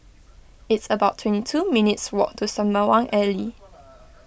it's about twenty two minutes' walk to Sembawang Alley